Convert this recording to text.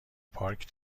پارک